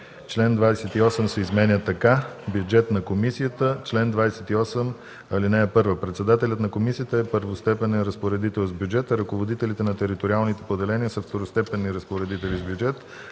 чл. 28 се изменя така: „Бюджет на комисията Чл. 28. (1) Председателят на комисията е първостепенен разпоредител с бюджет, а ръководителите на териториалните поделения са второстепенни разпоредители с бюджет.